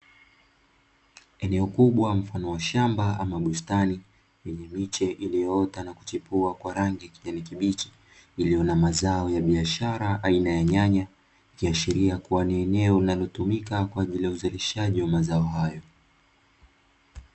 Eneo kubwa mfano wa shamba ama bustani lenye miche iliyo ota na kuchipua kwa rangi ya kijani kibichi, iliyo na mazao ya biashara aina ya nyanya, ikiashiria kua ni eneo linalo tumika kwa ajili ya uzalishaji wa mazao hayo.